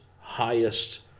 highest